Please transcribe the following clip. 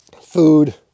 food